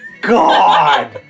God